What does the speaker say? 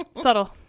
Subtle